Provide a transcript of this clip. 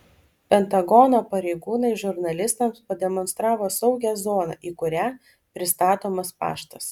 pentagono pareigūnai žurnalistams pademonstravo saugią zoną į kurią pristatomas paštas